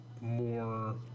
more